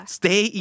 stay